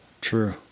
True